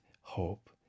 hope